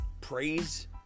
praise